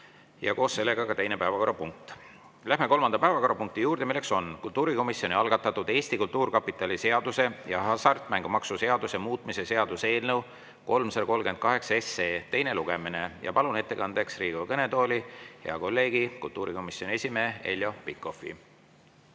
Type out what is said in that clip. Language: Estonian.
ja koos sellega ka teine päevakorrapunkt. Läheme kolmanda päevakorrapunkti juurde, milleks on kultuurikomisjoni algatatud Eesti Kultuurkapitali seaduse ja hasartmängumaksu seaduse muutmise seaduse eelnõu 338 teine lugemine. Palun ettekandeks Riigikogu kõnetooli hea kolleegi, kultuurikomisjoni esimehe Heljo Pikhofi.